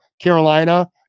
Carolina